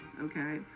okay